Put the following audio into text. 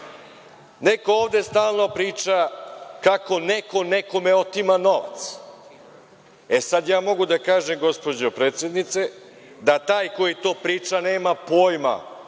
ovde stalno priča kako neko nekome otima novac. E, sad ja mogu da kažem gospođo predsednice da taj koji to priča nema pojma